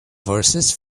verses